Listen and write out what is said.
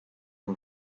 kui